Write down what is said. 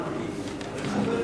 אדוני